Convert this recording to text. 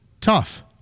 tough